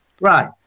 Right